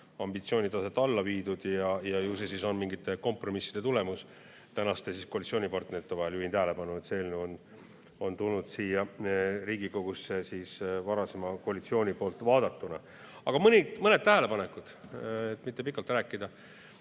ambitsioonitaset alla viidud ja ju see siis on mingite kompromisside tulemus tänaste koalitsioonipartnerite vahel. Juhin tähelepanu, et see eelnõu on tulnud siia Riigikogusse varasema koalitsiooni poolt vaadatuna. Aga teen mõned tähelepanekud, et mitte pikalt rääkida.